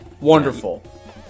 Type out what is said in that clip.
Wonderful